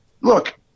look